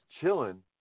chilling